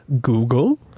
Google